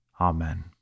Amen